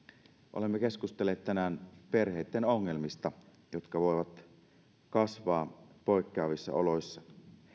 olemme keskustelleet tänään perheitten ongelmista jotka voivat kasvaa poikkeavissa oloissa